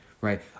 right